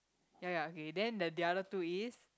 ya ya okay then the other two is